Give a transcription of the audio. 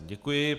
Děkuji.